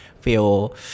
feel